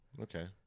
Okay